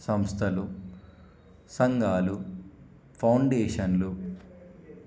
సంస్థలు సంఘాలు ఫౌండేషన్లు